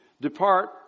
Depart